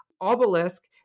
obelisk